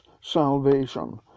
salvation